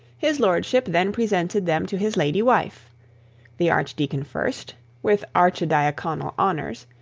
his lordship then presented them to his lady wife the archdeacon first, with archidiaconal honours,